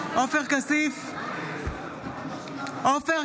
אינו